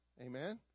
Amen